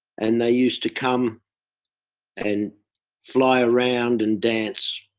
and they use to come and fly around and dance